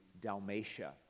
dalmatia